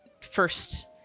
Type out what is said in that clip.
first